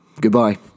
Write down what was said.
Goodbye